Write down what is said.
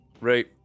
Right